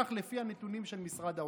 כך לפי הנתונים של משרד האוצר.